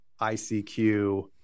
ICQ